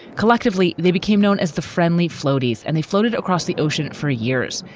collectively, they became known as the friendly floaties and they floated across the ocean for years,